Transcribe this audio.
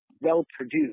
well-produced